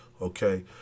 Okay